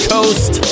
Coast